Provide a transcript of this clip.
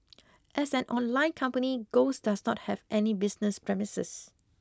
as an online company Ghost does not have any business premises